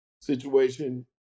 situation